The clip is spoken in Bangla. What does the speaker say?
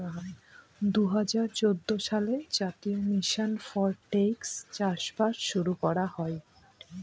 দুই হাজার চৌদ্দ সালে জাতীয় মিশন ফর টেকসই চাষবাস শুরু করা হয়